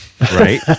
right